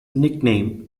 nickname